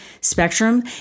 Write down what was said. spectrum